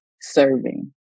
serving